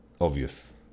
obvious